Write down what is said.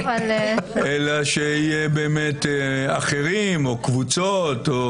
ושיהיה אחרים או קבוצות.